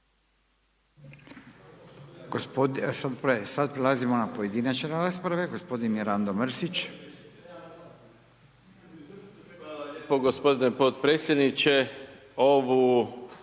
sad prelazimo na pojedinačne rasprave, gospodin Mirando Mrsić.